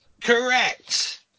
Correct